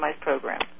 program